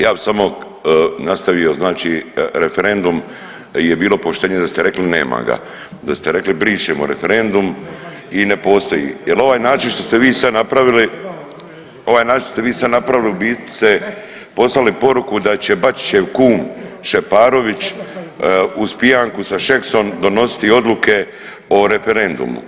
Ja bi samo nastavio znači referendum je bilo poštenije da ste rekli nema ga, da ste rekli brišemo referendum i ne postoji jer ovaj način što ste vi sad napravili, ovaj način ste vi sad napravili u biti ste poslali poruku da će Bačićev kum Šeparović uz pijanku sa Šeksom donositi odluke o referendumu.